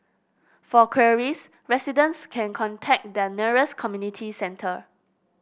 for queries residents can contact their nearest community centre